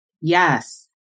Yes